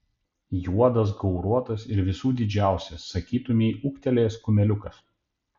juodas gauruotas ir visų didžiausias sakytumei ūgtelėjęs kumeliukas